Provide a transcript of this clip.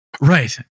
right